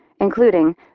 including